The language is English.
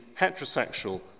heterosexual